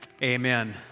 Amen